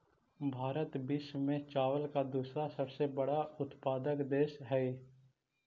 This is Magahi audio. भारत विश्व में चावल का दूसरा सबसे बड़ा उत्पादक देश हई